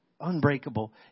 unbreakable